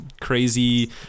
crazy